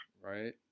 Right